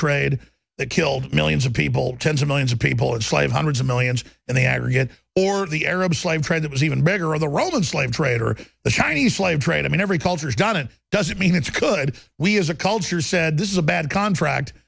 trade that killed millions of people tens of millions of people in slave hundreds of millions in the aggregate or in the arab slave trade that was even bigger of the roman slave trade or the chinese slave trade i mean every culture is done it doesn't mean it's good we as a culture said this is a bad contract